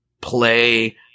play